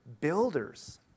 builders